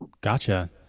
Gotcha